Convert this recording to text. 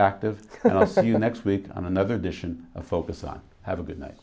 active and i'll see you next week on another dish and a focus on have a good night